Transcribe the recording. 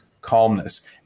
calmness